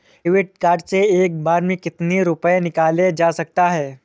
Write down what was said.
David card से एक बार में कितनी रूपए निकाले जा सकता है?